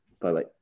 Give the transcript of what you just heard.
Bye-bye